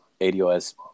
ADOS